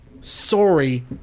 Sorry